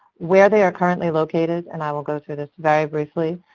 where they are currently located, and i will go through this very briefly,